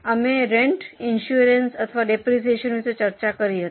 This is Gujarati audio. અમે રેન્ટ ઈન્સુરન્સ અથવા ડેપ્રિસિએશન વિશે ચર્ચા કરી છે